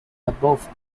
above